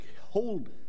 hold